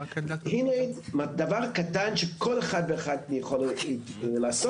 הנה דבר קטן שכל אחד ואחד יכול לעשות.